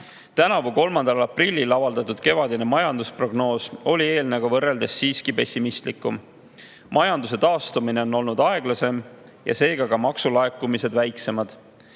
Tänavu 3. aprillil avaldatud kevadine majandusprognoos oli eelnevaga võrreldes pessimistlikum. Majanduse taastumine on olnud aeglasem ja seega ka maksulaekumised väiksemad.